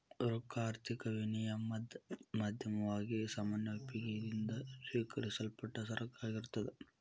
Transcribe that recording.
ರೊಕ್ಕಾ ಆರ್ಥಿಕ ವಿನಿಮಯದ್ ಮಾಧ್ಯಮವಾಗಿ ಸಾಮಾನ್ಯ ಒಪ್ಪಿಗಿ ಯಿಂದ ಸ್ವೇಕರಿಸಲ್ಪಟ್ಟ ಸರಕ ಆಗಿರ್ತದ್